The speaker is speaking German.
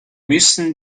müssen